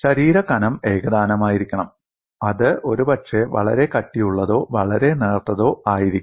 ശരീര കനം ഏകതാനമായിരിക്കണം അത് ഒരുപക്ഷെ വളരെ കട്ടിയുള്ളതോ വളരെ നേർത്തതോ ആയിരിക്കാം